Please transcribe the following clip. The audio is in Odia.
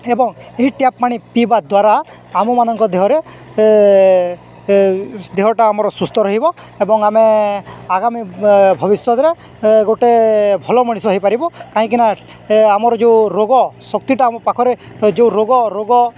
ଏବଂ ଏହି ଟ୍ୟାପ୍ ପାଣି ପିଇବା ଦ୍ୱାରା ଆମମାନଙ୍କ ଦେହରେ ଦେହଟା ଆମର ସୁସ୍ଥ ରହିବ ଏବଂ ଆମେ ଆଗାମୀ ଭବିଷ୍ୟତରେ ଗୋଟେ ଭଲ ମଣିଷ ହେଇପାରିବ କାହିଁକିନା ଆମର ଯେଉଁ ରୋଗ ଶକ୍ତିଟା ଆମ ପାଖରେ ଯେଉଁ ରୋଗ ରୋଗ